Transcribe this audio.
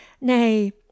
Nay